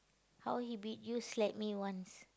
how he beat you slap me once